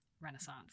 Renaissance